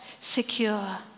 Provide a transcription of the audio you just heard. secure